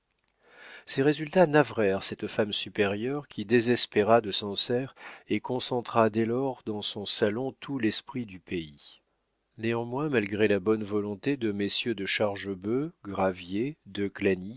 ces résultats navrèrent cette femme supérieure qui désespéra de sancerre et concentra dès lors dans son salon tout l'esprit du pays néanmoins malgré la bonne volonté de messieurs de chargebœuf gravier de